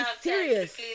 serious